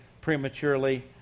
prematurely